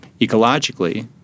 ecologically